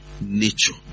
nature